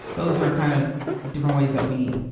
those are kind of different ways that we,